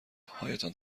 هایتان